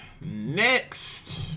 Next